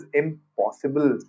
impossible